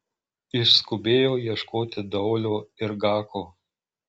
išskubėjo ieškoti daulio ir gako